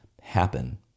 happen